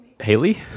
Haley